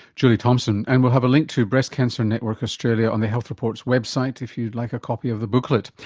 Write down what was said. julie thompson. and we'll have a link to breast cancer network australia on the health report's website if you'd like a copy of the booklet.